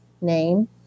name